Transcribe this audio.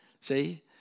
see